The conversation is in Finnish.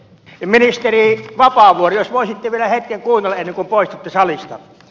ministeri vapaavuori jos voisitte vielä hetken kuunnella ennen kuin poistutte salista